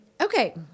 okay